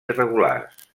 irregulars